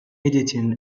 editing